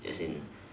as in